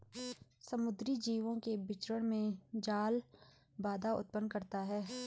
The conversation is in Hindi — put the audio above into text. समुद्री जीवों के विचरण में जाल बाधा उत्पन्न करता है